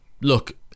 look